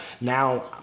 now